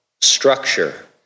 structure